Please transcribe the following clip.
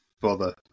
bother